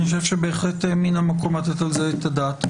אני חושב שבהחלט מן המקום לתת על זה את הדעת.